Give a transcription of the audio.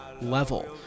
level